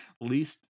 Least